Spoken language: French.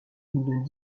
d’une